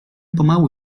pomału